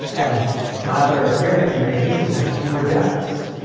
and milder experience in many cases meant fewer deaths.